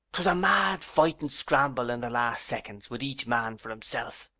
twas a mad, fightin' scramble in the last seconds with each man for himself.